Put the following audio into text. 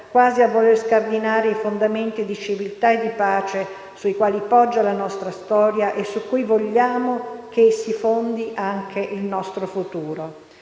quasi a voler scardinare i fondamenti di civiltà e di pace sui quali poggia la nostra storia e su cui vogliamo che si fondi anche il nostro futuro.